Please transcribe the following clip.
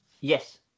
Yes